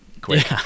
quick